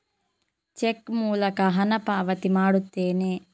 check ಮೂಲಕ ಹಣ ಪಾವತಿ ಮಾಡುತ್ತೇನೆ